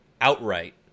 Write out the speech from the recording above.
outright